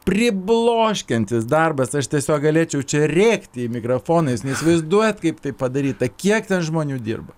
pribloškiantis darbas aš tiesiog galėčiau čia rėkti į mikrofoną jūs neįsivaizduojat kaip tai padaryta kiek ten žmonių dirba